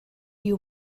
you